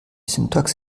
syntax